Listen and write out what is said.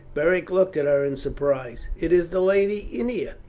beric looked at her in surprise. it is the lady ennia!